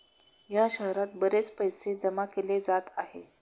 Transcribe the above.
या शहरात बरेच पैसे जमा केले जात आहे